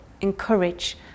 encourage